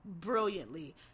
brilliantly